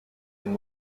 been